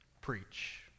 preach